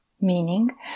meaning